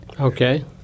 Okay